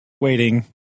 waiting